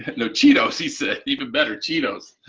no, cheetos, he said. even better, cheetos.